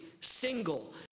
single